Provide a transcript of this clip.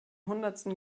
hundertsten